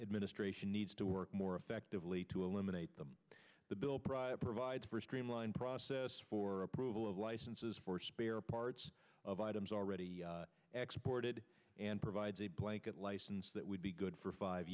administration needs to work more effectively to eliminate the bill pryor provides for streamline process for approval of licenses for spare parts of items already export it and provides a blanket license that would be good for five